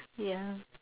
ya